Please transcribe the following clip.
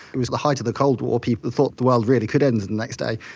it was the height of the cold war, people thought the world really could end the next day,